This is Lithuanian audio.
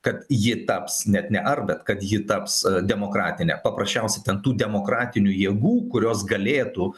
kad ji taps net ne ar bet kad ji taps demokratine paprasčiausiai ten tų demokratinių jėgų kurios galėtų